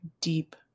deep